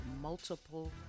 multiple